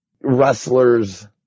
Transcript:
wrestlers